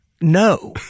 No